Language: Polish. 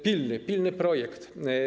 Pilny, pilny projekt.